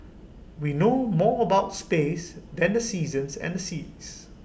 we know more about space than the seasons and the seas